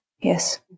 Yes